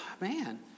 Man